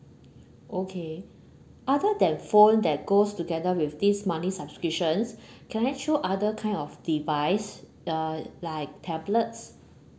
okay other than phone that goes together with this monthly subscriptions can I choose other kind of device uh like tablets